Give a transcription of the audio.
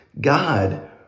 God